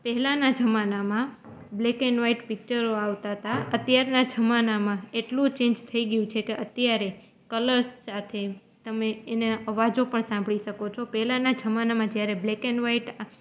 પહેલાંના જમાનામાં black and white પિક્ચરો આવતા તા અત્યારના જમાનામાં એટલું ચેન્જ થઈ ગયું છે કે અત્યારે કલર્સ સાથે તમે એના અવાજો પણ સાંભળી શકો છો પહેલાંના જમાનામાં જ્યારે બ્લેક એન્ડ વાઇટ